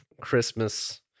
christmas